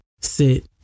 sit